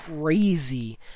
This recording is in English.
crazy